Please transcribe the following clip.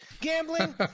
gambling